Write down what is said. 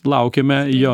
laukiame jo